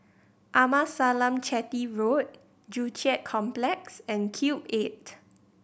Amasalam Chetty Road Joo Chiat Complex and Cube Eight